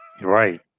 right